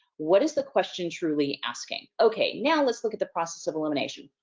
what is the question truly asking? okay, now let's look at the process of elimination.